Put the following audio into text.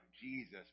Jesus